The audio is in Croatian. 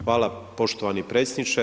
Hvala poštovani predsjedniče.